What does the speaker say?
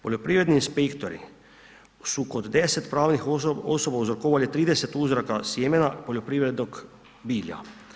Poljoprivredni inspektori su kod 10 pravnih osoba uzorkovali 30 uzoraka sjemena poljoprivrednog bilja.